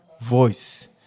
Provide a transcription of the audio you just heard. voice